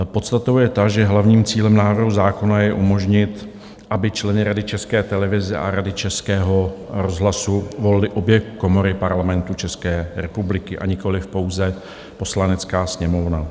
Podstatou je, že hlavním cílem návrhu zákona je umožnit, aby členy Rady České televize a Rady Českého rozhlasu volily obě komory Parlamentu České republiky, nikoliv pouze Poslanecká sněmovna.